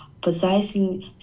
possessing